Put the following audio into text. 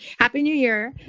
happy new year!